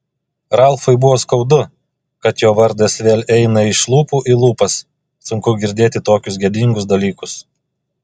ralfui buvo skaudu kad jo vardas vėl eina iš lūpų į lūpas sunku girdėti tokius gėdingus dalykus